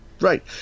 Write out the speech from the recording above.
Right